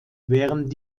während